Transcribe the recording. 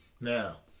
Now